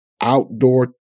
Outdoor